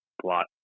plot